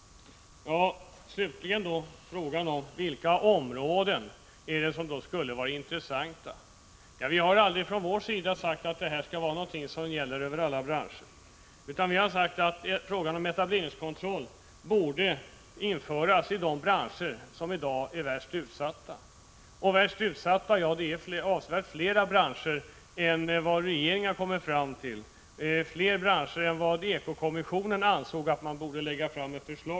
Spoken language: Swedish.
Vilka områden är det då som skulle vara intressanta? Vi har aldrig från vår sida sagt att detta skall vara någonting som gäller för alla branscher. Vi har sagt att etableringskontroll borde införas i de branscher som i dag är värst utsatta. Och värst utsatta är avsevärt fler branscher än vad regeringen och ekokommissionen har kommit fram till.